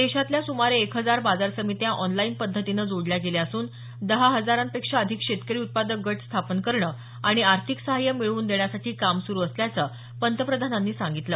देशातल्या सुमारे एक हजार बाजार समित्या ऑनलाईन पद्धतीनं जोडल्या गेल्या असून दहा हजारापेक्षा अधिक शेतकरी उत्पादक गट स्थापन करणं आणि आर्थिक सहाय्य मिळवून देण्यासाठी काम सुरू असल्याचं पंतप्रधानांनी सांगितलं